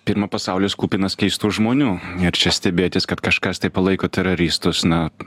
pirma pasaulis kupinas keistų žmonių ir čia stebėtis kad kažkas tai palaiko teroristus na